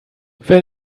wer